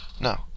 No